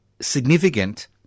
significant